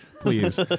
please